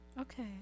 Okay